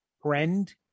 friend